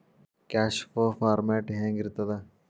Cash flow format ಹೆಂಗಿರ್ತದ?